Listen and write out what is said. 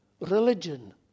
Religion